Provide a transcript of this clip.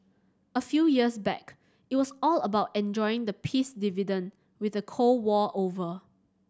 a few years back it was all about enjoying the 'peace dividend' with the Cold War over